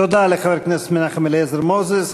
תודה לחבר הכנסת מנחם אליעזר מוזס.